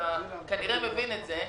אתה כנראה מבין את זה.